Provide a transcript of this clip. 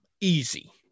Easy